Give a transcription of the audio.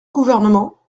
gouvernement